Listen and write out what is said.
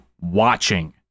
watching